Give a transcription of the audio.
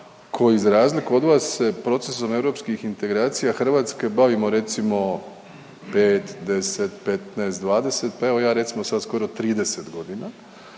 koji za razliku od vas se procesom europskih integracija Hrvatske bavimo recimo 5, 10, 15, 20 pa evo ja recimo sad skoro 30 godina,